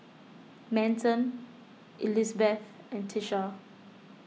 Manson Elizbeth and Tisha